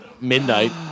Midnight